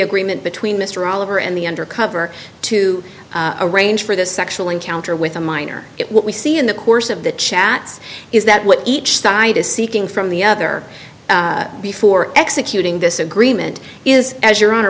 agreement between mr oliver and the undercover to arrange for the sexual encounter with a minor what we see in the course of the chats is that what each side is seeking from the other before executing this agreement is as your honor